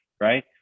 right